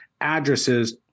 addresses